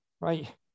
Right